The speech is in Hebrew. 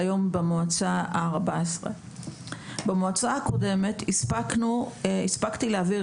כיום במועצה הקודמת הספקתי להעביר